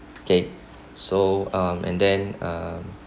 okay so um and then um